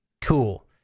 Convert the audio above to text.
Cool